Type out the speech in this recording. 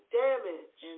damage